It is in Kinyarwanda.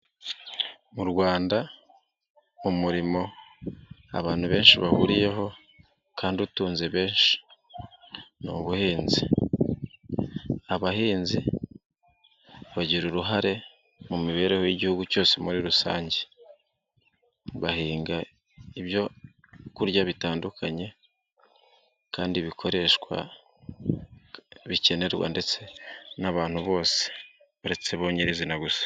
Mu rwanda mu murimo abantu benshi bahuriyeho kandi utunze benshi ni ubuhinzi ,abahinzi bagira uruhare mu mibereho y'igihugu cyose muri rusange. Bahinga ibyo kurya bitandukanye kandi bikoreshwa bikenerwa ndetse n'abantu bose uretse bo nyirizina gusa.